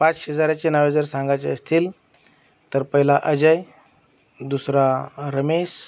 पाच शेजाऱ्याची नावे जर सांगायचे असतील तर पहिला अजय दुसरा रमेश